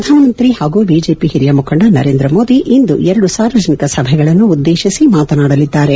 ಪ್ರಧಾನ ಮಂತ್ರಿ ಹಾಗೂ ಬಿಜೆಪಿ ಹಿರಿಯ ಮುಖಂಡ ನರೇಂದ್ರ ಮೋದಿ ಇಂದು ಎರಡು ಸಾರ್ವಜನಿಕ ಸಭೆಗಳನ್ನು ಉದ್ದೇಶಿಸಿ ಮಾತನಾಡಲಿದ್ದಾರೆ